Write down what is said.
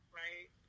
right